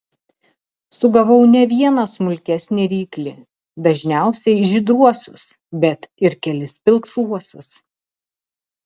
sugavau ne vieną smulkesnį ryklį dažniausiai žydruosius bet ir kelis pilkšvuosius